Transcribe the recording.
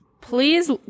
please